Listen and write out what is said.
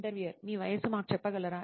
interviewer మీ వయస్సు మాకు చెప్పగలరా